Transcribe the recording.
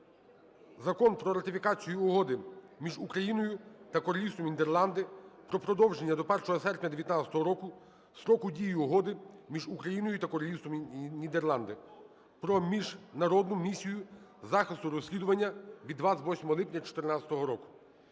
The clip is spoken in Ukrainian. Закон про ратифікацію Угоди між Україною та Королівством Нідерланди про продовження до 1 серпня 19-го року строку дії Угоди між Україною та Королівством Нідерланди про Міжнародну місію захисту розслідування від 28 липня 14-го року.